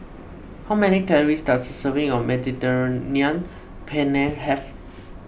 how many calories does a serving of Mediterranean Penne have